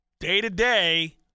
Day-to-day